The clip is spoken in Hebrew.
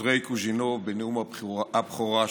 אנדרי קוז'ינוב בנאום הבכורה שלו.